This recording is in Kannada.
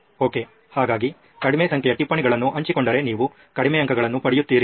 ಒಕೆ ಹಾಗಾಗಿ ಕಡಿಮೆ ಸಂಖ್ಯೆಯ ಟಿಪ್ಪಣಿಗಳನ್ನು ಹಂಚಿಕೊಂಡರೆ ನೀವು ಕಡಿಮೆ ಅಂಕಗಳನ್ನು ಪಡೆಯುತ್ತೀರಿ